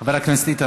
חבר הכנסת איתן